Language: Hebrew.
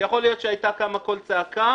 יכול להיות שהייתה קמה קול צעקה,